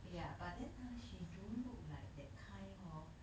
ya but then !huh! she don't look like that kind hor